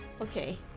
Okay